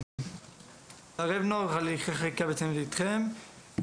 לערב נוער בהליכי חקיקה וזה בעצם איתכם.